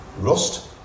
rust